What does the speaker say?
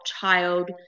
child